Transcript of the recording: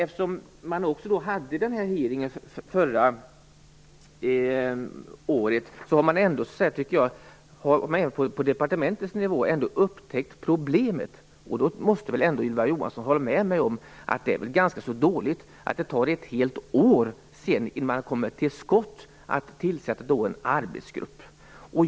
Förra året var det ju en hearing och departementet har upptäckt problemet. Därför måste Ylva Johansson ändå hålla med mig om att det är ganska dåligt att det tar ett helt år innan man kommer till skott och tillsätter en arbetsgrupp.